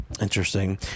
Interesting